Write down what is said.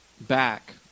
back